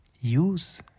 use